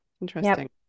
Interesting